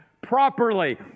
properly